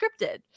scripted